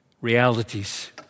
realities